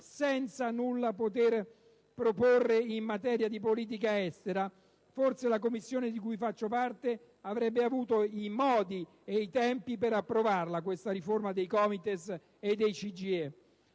senza nulla poter proporre in materia di politica estera, forse la Commissione di cui faccio parte avrebbe avuto i modi ed i tempi per approvarla questa riforma dei COMITES e del CGIE,